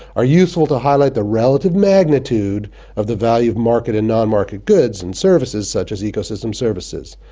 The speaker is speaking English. are useful to highlight the relative magnitude of the value of market and non-market goods and services such as ecosystem services.